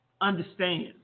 understand